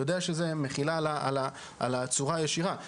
יודע שזה מחילה על הצורה הישירה,